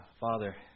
Father